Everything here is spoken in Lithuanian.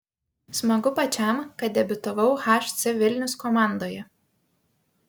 smagu pačiam kad debiutavau hc vilnius komandoje